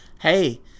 Hey